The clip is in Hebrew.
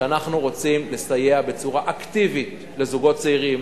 שאנחנו רוצים לסייע בצורה אקטיבית לזוגות צעירים,